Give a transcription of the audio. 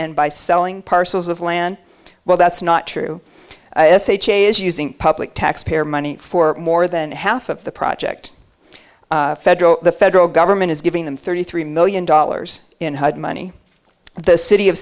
and by selling parcels of land well that's not true is using public taxpayer money for more than half of the project federal the federal government is giving them thirty three million dollars in hard money the city of